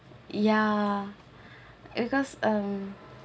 ya because um